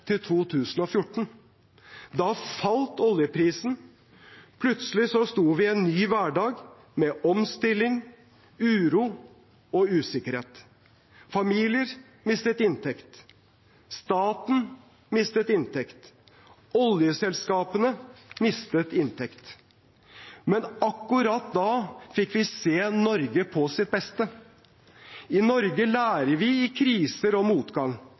til 2014. Da falt oljeprisen, og plutselig sto vi i en ny hverdag, med omstilling, uro og usikkerhet. Familier mistet inntekt. Staten mistet inntekt. Oljeselskapene mistet inntekt. Men akkurat da fikk vi se Norge på sitt beste. I Norge lærer vi i kriser og motgang.